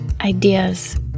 ideas